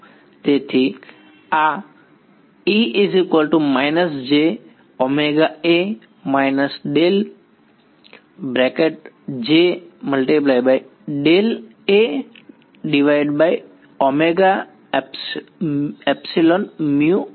તેથી આ બનશે